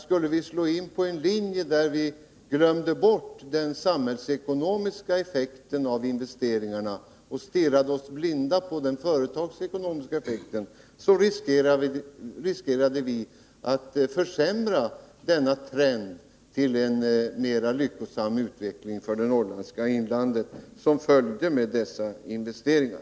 Skulle vi slå in på en linje där vi glömde bort den samhällsekonomiska effekten av investeringarna och stirrade oss blinda på den företagsekonomiska effekten, skulle vi riskera att försämra den trend till en mer lyckosam utveckling för det norrländska inlandet som följt med dessa investeringar.